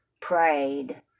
prayed